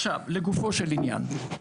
לגופו של עניין,